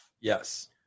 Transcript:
Yes